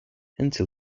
until